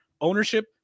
Ownership